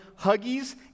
Huggies